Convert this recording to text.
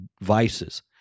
vices